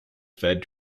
fed